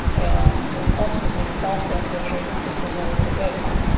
and and ultimately, self-censorship is the rule of the game.